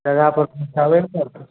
एकरा तऽ देखाबे ने परतै